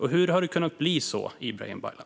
Hur har det kunnat bli så, Ibrahim Baylan?